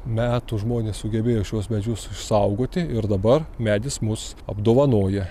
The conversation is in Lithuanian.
metų žmonės sugebėjo šiuos medžius išsaugoti ir dabar medis mus apdovanoja